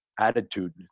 attitude